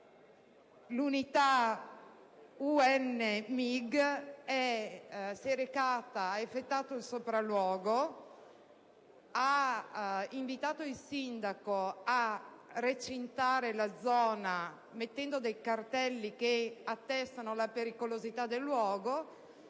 e le georisorse) ha effettuato il sopralluogo e ha invitato il sindaco a recintare la zona, mettendo dei cartelli che attestano la pericolosità del luogo.